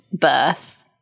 birth